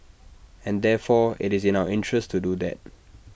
and therefore IT is in our interest to do that